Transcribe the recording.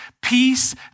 Peace